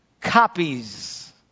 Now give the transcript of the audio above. Copies